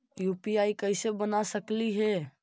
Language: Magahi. यु.पी.आई कैसे बना सकली हे?